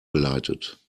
geleitet